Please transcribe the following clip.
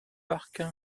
parc